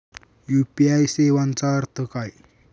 UPI सेवेचा अर्थ काय?